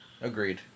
Agreed